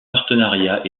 partenariats